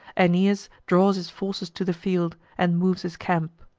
aeneas draws his forces to the field, and moves his camp.